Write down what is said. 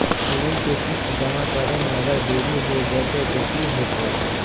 ऋण के किस्त जमा करे में अगर देरी हो जैतै तो कि होतैय?